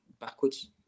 backwards